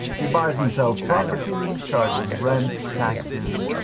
he buys and sells properties, charges rent, taxes.